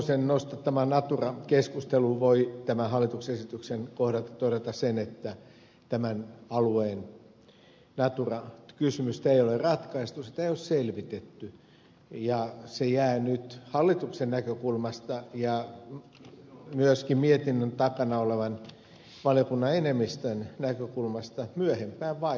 hoskosen nostattamaan natura keskusteluun voi tämä hallituksen esityksen kohdalta todeta sen että tämän alueen natura kysymystä ei ole ratkaistu sitä ei ole selvitetty ja se jää nyt hallituksen näkökulmasta ja myöskin mietinnön takana olevan valiokunnan enemmistön näkökulmasta myöhempään vaiheeseen